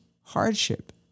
hardship